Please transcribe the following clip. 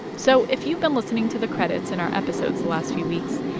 so if you've been listening to the credits in our episodes the last few weeks,